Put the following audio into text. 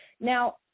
Now